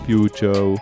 Future